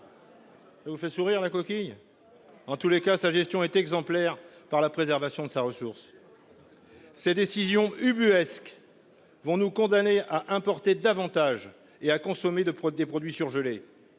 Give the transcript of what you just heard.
Il vous fait sourire la coquille. En tous les cas, sa gestion est exemplaire par la préservation de sa ressource. Ces décisions ubuesques vont nous condamner à importer davantage et à consommer de prendre des produits surgelés.